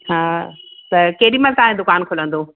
हा त केॾीमल तव्हांजो दुकानु खुलंदो